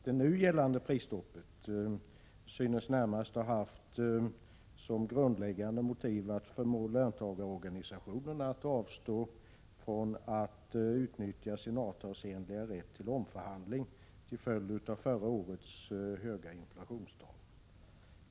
Det nu gällande prisstoppet synes närmast ha haft som grundläggande motiv att förmå löntagarorganisationerna att avstå från att utnyttja sin avtalsenliga rätt till omförhandling till följd av förra årets höga inflationstal.